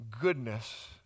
goodness